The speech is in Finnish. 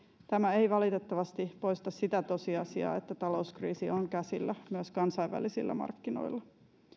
tämä ei valitettavasti poista sitä tosiasiaa että talouskriisi on käsillä myös kansainvälisillä markkinoilla